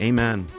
Amen